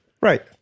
right